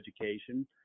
education